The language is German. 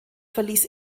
verließ